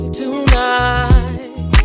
tonight